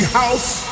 house